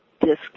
Disc